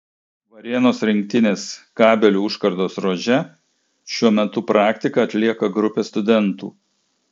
varėnos rinktinės kabelių užkardos ruože šiuo metu praktiką atlieka grupė studentų